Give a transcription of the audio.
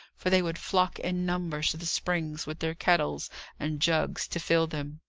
for they would flock in numbers to the springs with their kettles and jugs to fill them.